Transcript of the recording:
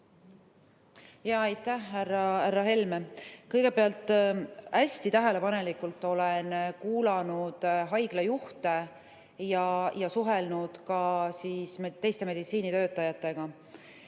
Aitäh! Härra Helme! Kõigepealt, hästi tähelepanelikult olen kuulanud haiglajuhte ja suhelnud ka teiste meditsiinitöötajatega